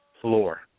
floor